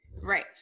Right